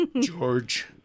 George